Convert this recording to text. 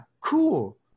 Cool